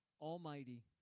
Almighty